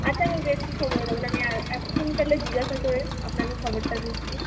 আচ্ছা আমি বেশি সময় নেব না আমি এখনই তাহলে জিজ্ঞাসা করে আপনাকে খবরটা দিচ্ছি